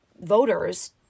voters